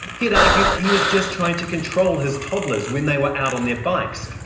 he'd argued he was just trying to control his toddlers when they were out on their bikes.